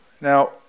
Now